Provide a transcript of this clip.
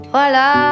Voilà